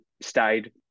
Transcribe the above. stayed